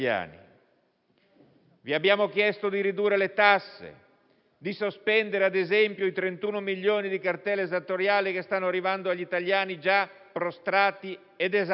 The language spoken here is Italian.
Vi abbiamo chiesto di ridurre le tasse e di sospendere, ad esempio, il pagamento di 31 milioni di cartelle esattoriali che stanno arrivando agli italiani, già prostrati ed esausti.